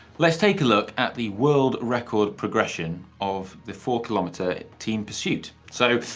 let's take a look at the world record progression of the four-kilometer team pursuit. so,